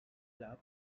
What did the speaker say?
club